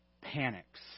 panics